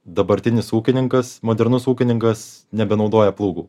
dabartinis ūkininkas modernus ūkininkas nebenaudoja plūgų